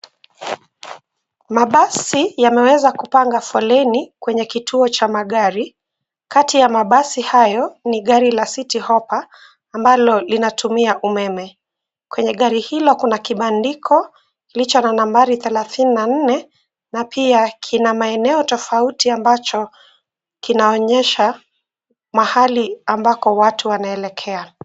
Mabasi yameweza kupanga foleni kwenye kituo cha magari. Kati ya mabasi hayo ni gari la City hoppa ambalo linatumia umeme. Kwenye gari hilo kuna kibandiko licha la nambari thelathini na nne na pia kina maeneo tofauti ambacho kinaonyesha mahali ambako watu wanaelekea.